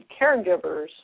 caregivers